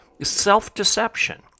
self-deception